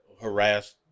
harassed